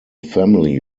family